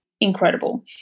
incredible